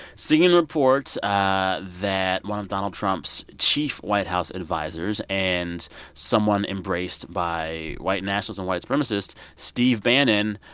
cnn reports ah that one of donald trump's chief white house advisers and someone embraced by white nationals and white supremacists, steve bannon.